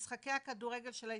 משחקי הכדורגל של ההתאחדות,